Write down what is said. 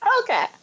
Okay